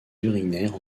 urinaires